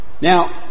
now